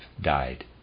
died